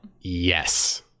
Yes